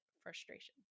frustration